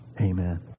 Amen